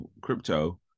crypto